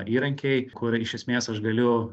įrankiai kur iš esmės aš galiu